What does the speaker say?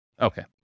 Okay